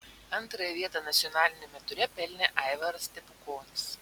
antrąją vietą nacionaliniame ture pelnė aivaras stepukonis